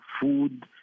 food